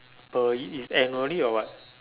uh is is annually or what